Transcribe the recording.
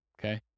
okay